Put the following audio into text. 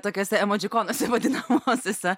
tokiuose emodžikonuose vadinamuosiuose